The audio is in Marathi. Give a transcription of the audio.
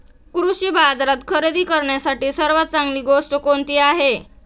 कृषी बाजारात खरेदी करण्यासाठी सर्वात चांगली गोष्ट कोणती आहे?